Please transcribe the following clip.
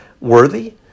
worthy